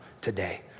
today